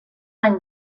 any